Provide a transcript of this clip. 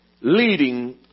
leading